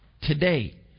today